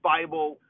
Bible